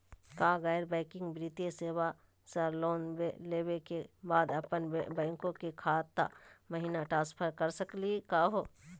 का गैर बैंकिंग वित्तीय सेवाएं स लोन लेवै के बाद अपन बैंको के खाता महिना ट्रांसफर कर सकनी का हो?